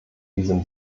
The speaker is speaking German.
diesem